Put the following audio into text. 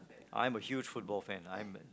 I'm a huge football fan I'm a